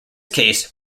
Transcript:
case